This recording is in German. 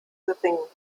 gering